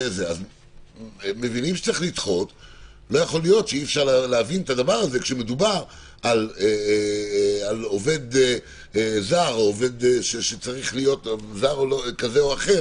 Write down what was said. אי-אפשר להבין את הדבר הזה כשמדובר על עובד זר כזה או אחר